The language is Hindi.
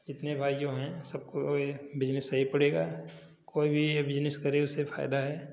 जितने भाइयों हैं सबको ये बिजनेस सही पड़ेगा कोई भी ये बिजनेस करे उसे फायदा है